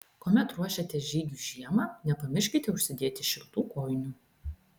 kuomet ruošiatės žygiui žiemą nepamirškite užsidėti šiltų kojinių